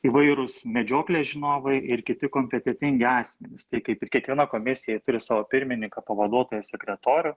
įvairūs medžioklės žinovai ir kiti kompetentingi asmenys tai kaip ir kiekviena komisija turi savo pirmininką pavaduotoją sekretorių